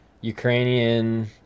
Ukrainian